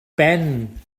ben